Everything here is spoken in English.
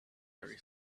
very